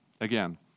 again